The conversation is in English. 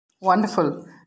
Wonderful